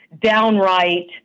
downright